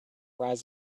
rise